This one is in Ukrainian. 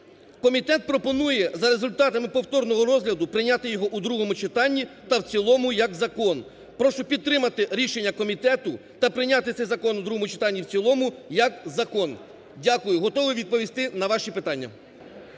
Комітет пропонує за результатами повторного розгляду прийняти його у другому читанні та в цілому як закон. Прошу підтримати рішення комітету та прийняти цей закон у другому читанні та в цілому як закон. Дякую. Готовий відповісти на ваші питання.